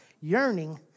Yearning